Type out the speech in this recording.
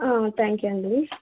thank you అండి